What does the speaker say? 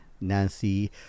nancy